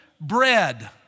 bread